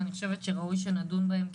ואני חושבת שראוי שנדון בהן.